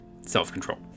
self-control